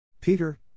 Peter